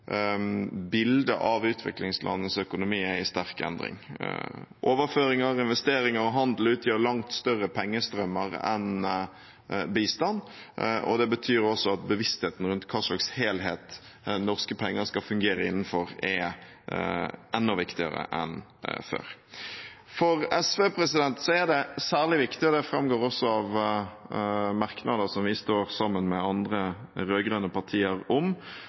bildet av utviklingslandenes økonomi er i sterk endring. Overføringer, investeringer og handel utgjør langt større pengestrømmer enn bistand, og det betyr også at bevisstheten rundt hva slags helhet norske penger skal fungere innenfor, er enda viktigere enn før. For SV er det særlig viktig – og det framgår også av merknader som vi står sammen med andre rød-grønne partier om